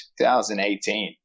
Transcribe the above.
2018